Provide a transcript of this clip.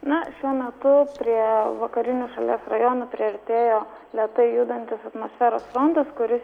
na šiuo metu prie vakarinių šalies rajonų priartėjo lėtai judantis atmosferos frontas kuris